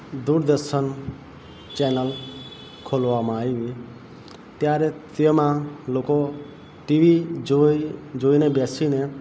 Doordarshan channel ખોલવામાં આવી ત્યારે તેમાં લોકો ટીવી જોઈને બેસીને